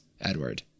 edward